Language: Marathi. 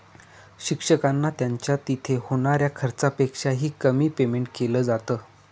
शिक्षकांना त्यांच्या तिथे होणाऱ्या खर्चापेक्षा ही, कमी पेमेंट केलं जात